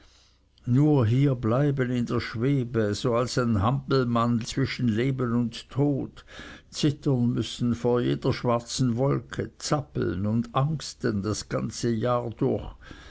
nur hier bleiben in der schwebe so als ein hampelmannli zwischen leben und tod zittern müssen vor jeder schwarzen wolke zappeln und angsten das ganze jahr durch